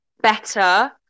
better